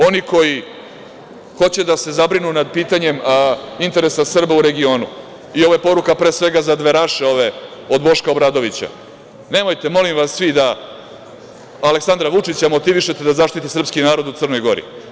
Oni koji hoće da se zabrinu nad pitanjem interesa Srba u regionu i ovo je poruka, pre svega, za dveraše ove od Boška Obradovića, nemojte molim vas, vi da Aleksandra Vučića motivišete za zaštiti srpski narod u Crnoj Gori.